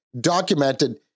documented